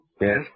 Yes